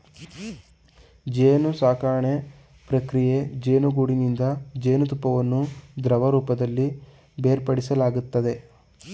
ಜೇನುಸಾಕಣೆ ಪ್ರಕ್ರಿಯೆ ಜೇನುಗೂಡಿನಿಂದ ಜೇನುತುಪ್ಪವನ್ನು ದ್ರವರೂಪದಲ್ಲಿ ಬೇರ್ಪಡಿಸಲಾಗ್ತದೆ